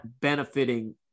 benefiting